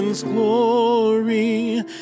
glory